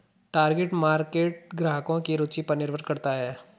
target market ग्राहकों की रूचि पर निर्भर करता है